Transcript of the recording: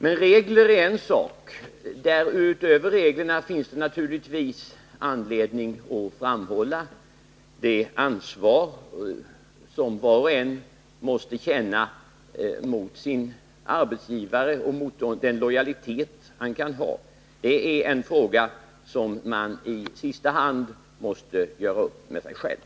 Men regler är något för sig — utöver reglerna finns det naturligtvis anledning att framhålla det ansvar som var och en måste känna mot sin arbetsgivare och den lojalitet han kan ha. Det är en fråga som man i sista hand måste göra upp med sig själv.